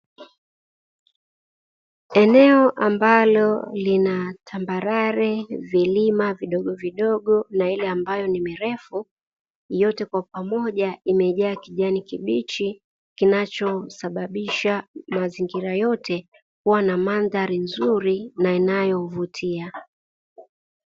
Eneo ambalo lina tambarare, vilima vidogovidogo na ile ambayo ni mirefu, yote kwa pamoja imejaa kijani kibichi, kinachosababisha mazingira yoye kuwa na mandhari nzuri na inayovutia.